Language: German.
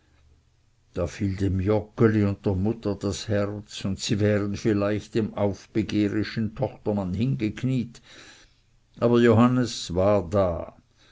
da fiel dem joggeli und der mutter das herz und sie wären vielleicht dem aufbegehrischen tochtermann hingekniet aber johannes war da